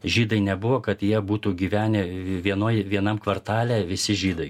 žydai nebuvo kad jie būtų gyvenę vienoj ir vienam kvartale visi žydai